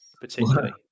particularly